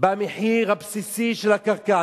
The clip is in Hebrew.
במחיר הבסיסי של הקרקע.